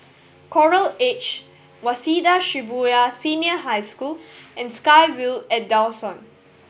Coral Edge Waseda Shibuya Senior High School and SkyVille at Dawson